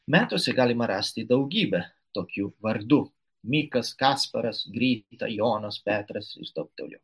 metuose galima rasti daugybę tokių vardų mikas kasparas grita jonas petras ir taip toliau